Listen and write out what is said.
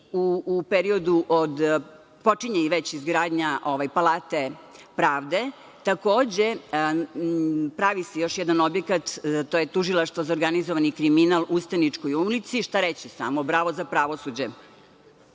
tri suda i počinje već izgradnja Palate pravde. Takođe, pravi se još jedan objekat, a to je Tužilaštvo za organizovani kriminal u Ustaničkoj ulici. Šta reći, samo bravo za pravosuđe. Renoviraju